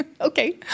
Okay